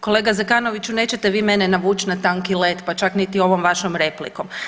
Kolega Zekanoviću nećete vi mene navući na tanki led, pa čak niti ovom vašom replikom.